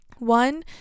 one